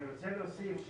להוסיף את